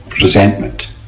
resentment